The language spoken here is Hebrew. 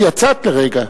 כי יצאת לרגע.